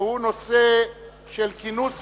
של כינוס